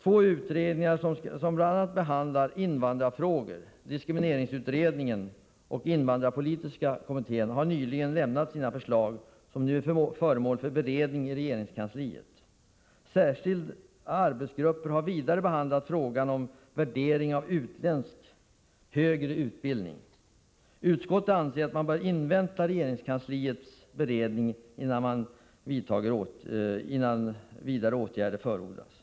Två utredningar som bl.a. behandlar invandrarfrågor — diskrimineringsutredningen och invandrarpolitiska kommittén — har nyligen avlämnat sina förslag, vilka nu är föremål för beredning i regeringskansliet. Särskilda arbetsgrupper har vidare behandlat frågan om värderingen av utländsk högre utbildning. Utskottet anser att man bör invänta regeringskansliets beredning innan vidare åtgärder förordas.